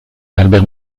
albert